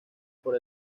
por